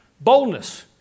Boldness